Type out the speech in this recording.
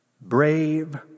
brave